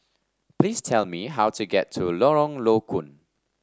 please tell me how to get to Lorong Low Koon